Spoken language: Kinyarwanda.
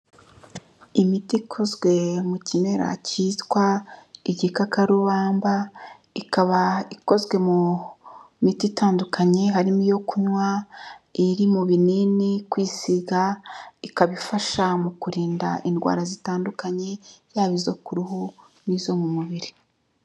Imiti ikozwe mu kimera kitwa igikakarubamba, ikaba ikozwe mu miti itandukanye harimo iyo kunywa, iriri mu binini, kwisiga ikaba ifasha mu kurinda indwara zitandukanye, yaba izo ku ruhu n'izo mu mubiri.